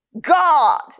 God